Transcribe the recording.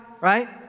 right